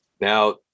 Now